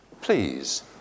Please